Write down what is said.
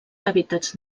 hàbitats